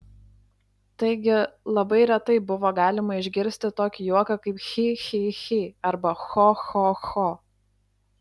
taigi labai retai buvo galima išgirsti tokį juoką kaip chi chi chi arba cho cho cho